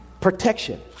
Protection